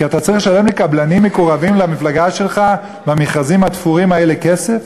כי אתה צריך לשלם לקבלנים מקורבים למפלגה שלך במכרזים התפורים האלה כסף?